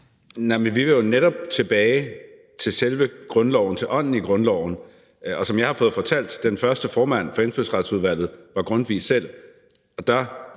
Vi vil jo netop tilbage til selve grundloven, til ånden i grundloven. Som jeg har fået fortalt, var den første formand for Indfødsretsudvalget Grundtvig selv. De første